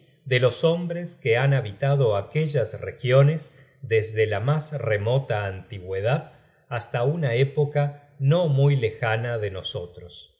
de los hombres que han habitado aquellas regiones desde la mas remota antigüedad hasta una época no muy lejana de nosotros